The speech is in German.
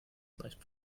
leicht